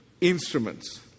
instruments